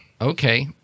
okay